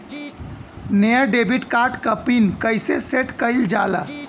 नया debit card क pin कईसे सेट कईल जाला?